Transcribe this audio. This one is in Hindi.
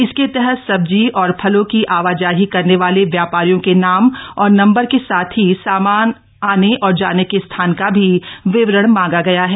इसके तहत सब्जी व फलों की आवाजाही करने वाले व्यापारियों के नाम और नम्बर के साथ ही सामान आने और जाने के स्थान का भी विवरण मांगा गया है